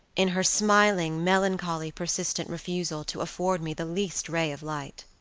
in her smiling melancholy persistent refusal to afford me the least ray of light.